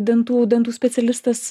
dantų dantų specialistas